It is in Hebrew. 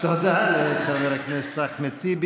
תודה לחבר הכנסת אחמד טיבי.